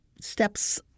steps